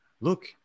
Look